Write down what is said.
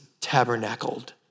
tabernacled